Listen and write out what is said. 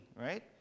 right